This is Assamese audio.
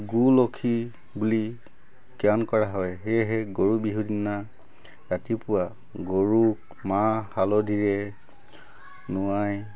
গো লক্ষী বুলি জ্ঞান কৰা হয় সেয়েহে গৰু বিহুৰদিনা ৰাতিপুৱা গৰুক মাহ হালধিৰে নোৱাই